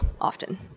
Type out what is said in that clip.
often